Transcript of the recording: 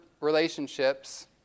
relationships